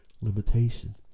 limitation